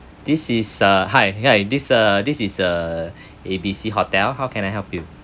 this is a hi hi this uh this is uh A_B_C hotel how can I help you